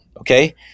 Okay